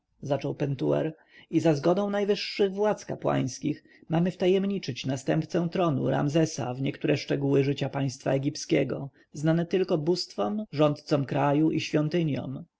zaczął pentuer i za zgodą najwyższych władz kapłańskich mamy wtajemniczyć następcę tronu ramzesa w niektóre szczegóły życia państwa egipskiego znane tylko bóstwom rządcom kraju i świątyniom